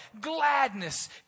gladness